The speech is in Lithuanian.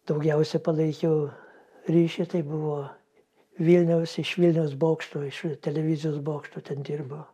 daugiausia palaikiau ryšį tai buvo vilniaus iš vilniaus bokštų iš televizijos bokštų ten dirbo